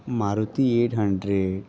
Maruti eight hundred